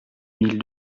mille